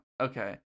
okay